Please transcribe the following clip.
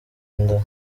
inda